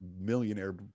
millionaire